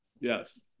yes